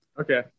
okay